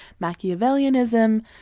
Machiavellianism